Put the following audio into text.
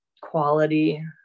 quality